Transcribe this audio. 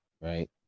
right